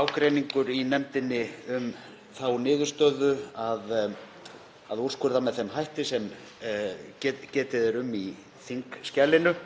ágreiningur í nefndinni um þá niðurstöðu að úrskurða með þeim hætti sem getið er um í þingskjalinu.